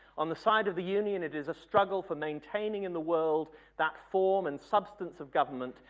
on the side of the union it is a struggle for maintaining in the world that form and substance of government,